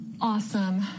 awesome